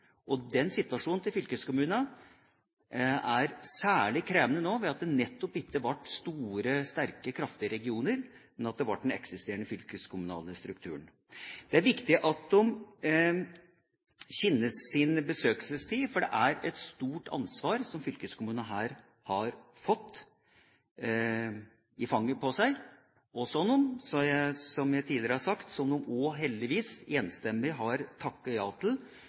Situasjonen til fylkeskommunene er særlig krevende nå, ved at det nettopp ikke ble store, sterke, kraftige regioner, men at det ble den eksisterende fylkeskommunale strukturen. Det er viktig at de kjenner sin besøkelsestid, for det er et stort ansvar som fylkeskommunene her har fått i fanget, og som de – som jeg tidligere har sagt – enstemmig har takket ja til. Det kan godt hende at det her er noen